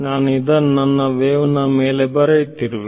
ನಾನು ಇದನ್ನು ನನ್ನ ವೇವ್ ನ ಮೇಲೆ ಬರೆಯುತ್ತಿರುವೆ